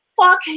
fuck